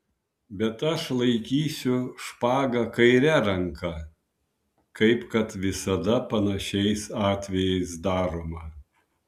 bet aš laikysiu špagą kaire ranka kaip kad visada panašiais atvejais daroma